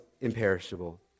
imperishable